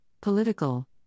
political